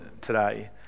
today